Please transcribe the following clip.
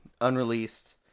unreleased